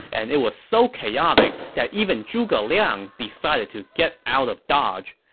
and it was so chaotic that even zhuge liang decided to get out of dodge.